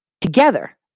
together